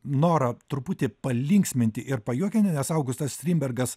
norą truputį palinksminti ir pajuokinti nes augustas strindbergas